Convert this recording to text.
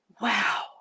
Wow